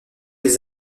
les